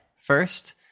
first